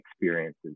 experiences